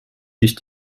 sich